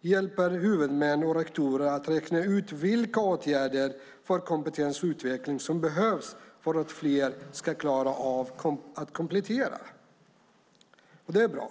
hjälper huvudmän och rektorer att räkna ut vilka åtgärder för kompetensutveckling som behövs för att fler ska klara av att komplettera. Det är bra.